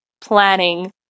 planning